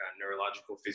neurological